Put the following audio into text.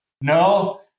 No